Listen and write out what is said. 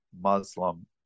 Muslim